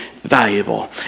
valuable